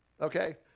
okay